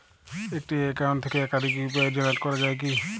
একটি অ্যাকাউন্ট থেকে একাধিক ইউ.পি.আই জেনারেট করা যায় কি?